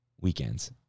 weekends